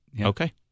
Okay